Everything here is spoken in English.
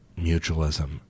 mutualism